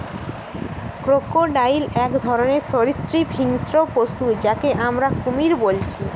crocodile এক ধরণের সরীসৃপ হিংস্র পশু যাকে আমরা কুমির বলছি